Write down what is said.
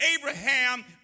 Abraham